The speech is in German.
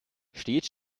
stets